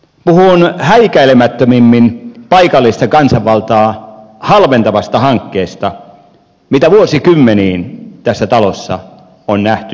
puhun häikäilemättömimmin paikallista kansanvaltaa halventavasta hankkeesta mitä vuosikymmeniin tässä talossa on nähty ja mistä on kuultu